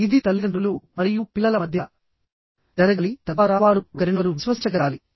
ఇది తల్లిదండ్రులు మరియు పిల్లల మధ్య జరగాలి తద్వారా వారు ఒకరినొకరు విశ్వసించగలగాలి